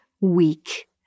weak